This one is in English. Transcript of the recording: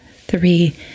three